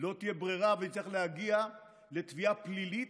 לא תהיה ברירה ונצטרך להגיע לתביעה פלילית,